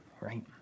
Right